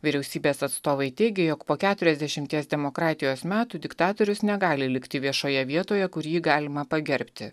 vyriausybės atstovai teigė jog po keturiasdešimties demokratijos metų diktatorius negali likti viešoje vietoje kur jį galima pagerbti